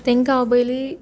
तांकां हांव पयलीं